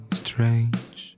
strange